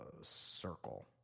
circle